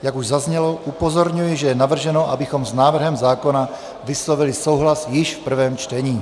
Jak už zaznělo, upozorňuji, že je navrženo, abychom s návrhem zákona vyslovili souhlas již v prvém čtení.